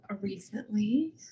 recently